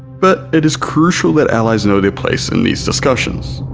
but it is crucial that allies know their place in these discussions,